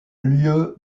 lieu